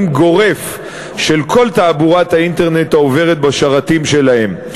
גורף של כל תעבורת האינטרנט העוברת בשרתים שלהם.